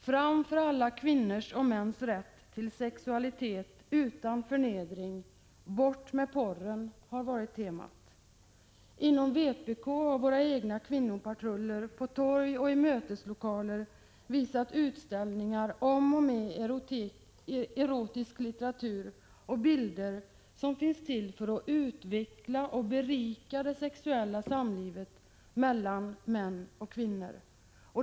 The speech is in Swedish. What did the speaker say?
Fram för alla kvinnors och mäns rätt till en sexualitet utan förnedring — bort med porren, har varit temat. Inom vpk har kvinnopatruller på torg och i möteslokaler visat utställningar om och med erotisk litteratur och bilder, som finns till för att utveckla och berika det sexuella samlivet mellan män och kvinnor.